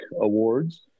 Awards